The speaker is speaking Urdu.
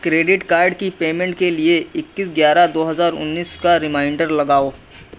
کریڈٹ کارڈ کی پیمنٹ کے لیے اکیس گیارہ دو ہزار انیس کا ریمائنڈر لگاؤ